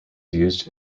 used